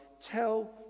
tell